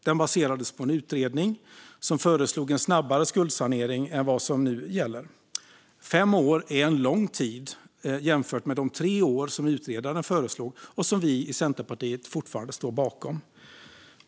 Den baserades på en utredning som föreslog en snabbare skuldsanering än vad som nu gäller. Fem år är en lång tid jämfört med de tre år som utredaren föreslog och som vi i Centerpartiet fortfarande står bakom.